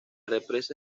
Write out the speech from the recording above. represa